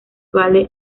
vale